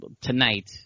tonight